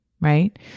right